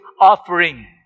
offering